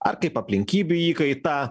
ar kaip aplinkybių įkaitą